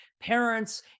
Parents